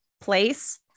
place